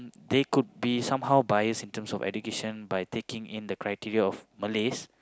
they could be somehow biased in terms of eduction by taking in the criteria of Malays